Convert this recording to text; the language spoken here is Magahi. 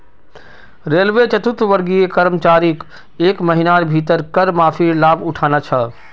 रेलवे चतुर्थवर्गीय कर्मचारीक एक महिनार भीतर कर माफीर लाभ उठाना छ